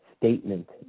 statement